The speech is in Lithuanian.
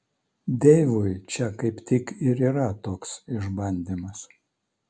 deivui čia kaip tik ir yra toks išbandymas